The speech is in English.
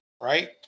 right